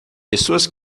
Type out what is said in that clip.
pessoas